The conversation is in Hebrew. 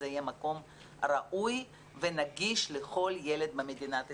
יהיה מקום ראוי ונגיש לכל ילד במדינת ישראל.